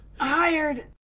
hired